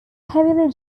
heavily